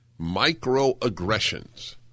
microaggressions